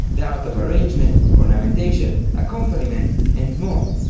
the art of arrangement, ornamentation, accompaniment and more.